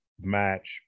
match